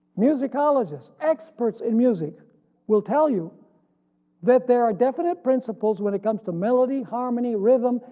musicologists, experts in music will tell you that there are definite principles when it comes to melody, harmony, rhythm,